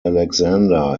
alexander